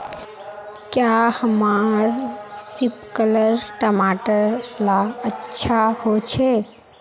क्याँ हमार सिपकलर टमाटर ला अच्छा होछै?